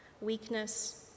weakness